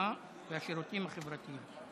הרווחה והשירותים החברתיים.